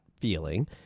feeling